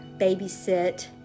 babysit